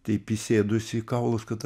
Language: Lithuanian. taip įsėdusi į kaulus kad